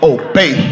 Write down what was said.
obey